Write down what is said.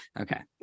Okay